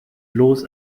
bloß